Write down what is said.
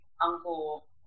uncle